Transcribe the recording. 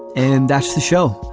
and that's the show.